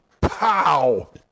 pow